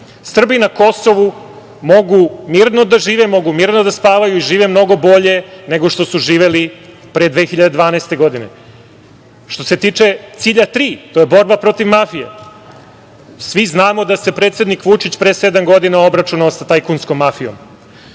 Srbi na Kosovu mogu mirno da žive, mogu mirno da spavaju i žive mnogo bolje nego što su živeli pre 2012. godine. Što se tiče cilja tri, to je borba protiv mafije. Svi znamo da se predsednik Vučić pre sedam godina obračunao sa tajkunskom mafijom.